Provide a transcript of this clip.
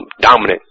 dominant